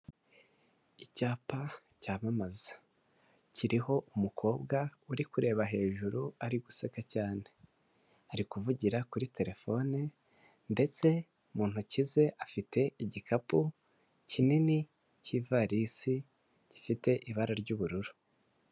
Icyapa cyamamaza kiriho umukobwa uri kureba hejuru ari guseka cyane, ari kuvugira kuri terefone ndetse mu ntoki ze afite igikapu kinini cy'ivarisi gifite ibara ry'ubururu.